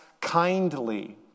kindly